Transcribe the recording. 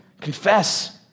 Confess